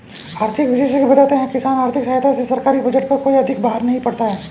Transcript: आर्थिक विशेषज्ञ बताते हैं किसान आर्थिक सहायता से सरकारी बजट पर कोई अधिक बाहर नहीं पड़ता है